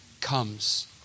comes